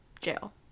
jail